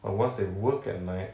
but once they work at night